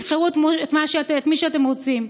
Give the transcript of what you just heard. תבחרו את מי שאתם רוצים.